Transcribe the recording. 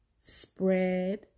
spread